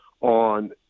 on